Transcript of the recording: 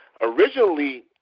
Originally